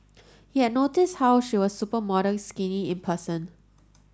he had noticed how she was supermodel skinny in person